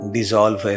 Dissolve